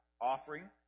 offering